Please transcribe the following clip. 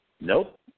Nope